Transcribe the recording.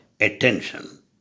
attention